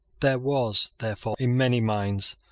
there was, therefore, in many minds,